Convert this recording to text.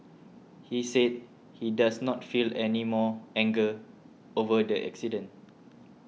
he said he does not feel any more anger over the accident